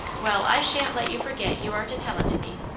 well, i shan't let you forget you are to tell it to me.